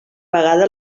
vegada